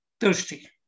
thirsty